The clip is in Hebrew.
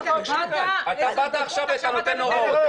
אתה באת עכשיו ואתה נותן הוראות,